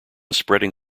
spreading